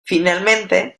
finalmente